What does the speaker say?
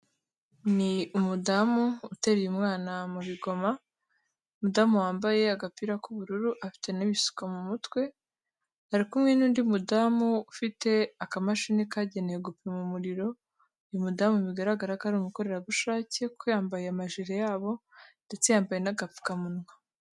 Ni umudamu uteruye umwana mu bigoma. Umudamu wambaye agapira k'ubururu afite n'ibiska mu mutwe, ari kumwe n'undi mudamu ufite akamashini kagenewe gupima umuriro, uyu mudamu bigaragara ko ari umukorerabushake, ko yambaye amajire yabo ndetse yambaye n'agapfukamunwa.